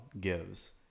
gives